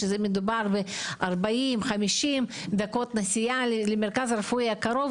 מדובר בין 40-50 דקות נסיעה למרכז הרפואי הקרוב